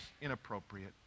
inappropriate